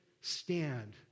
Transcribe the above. stand